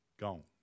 Gone